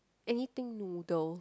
anything noodles